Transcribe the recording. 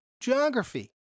geography